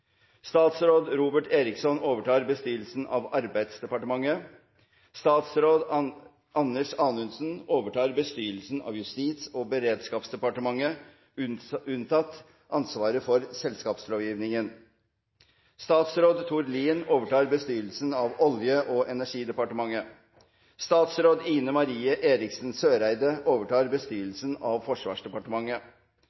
Statsråd Robert Eriksson overtar bestyrelsen av Arbeidsdepartementet. Statsråd Anders Anundsen overtar bestyrelsen av Justis- og beredskapsdepartementet, unntatt ansvaret for selskapslovgivningen. Statsråd Tord Lien overtar bestyrelsen av Olje- og energidepartementet. Statsråd Ine Marie Eriksen Søreide overtar